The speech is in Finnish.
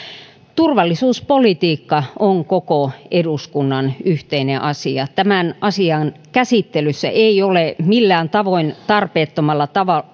turvallisuuspolitiikka on koko eduskunnan yhteinen asia tämän asian käsittelyssä ei ole mitenkään tarpeettomalla tavalla